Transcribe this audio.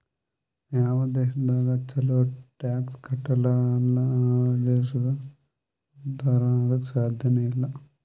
ಯಾವ್ ದೇಶದಾಗ್ ಛಲೋ ಟ್ಯಾಕ್ಸ್ ಕಟ್ಟಲ್ ಅಲ್ಲಾ ಆ ದೇಶ ಉದ್ಧಾರ ಆಗಾಕ್ ಸಾಧ್ಯನೇ ಇಲ್ಲ